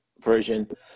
version